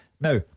now